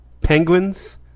Penguins